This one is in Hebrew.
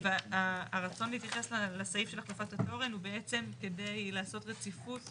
הרצון להתייחס לסעיף של החלפת התורן הוא כדי לעשות רציפות,